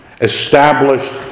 established